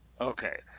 Okay